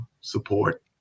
support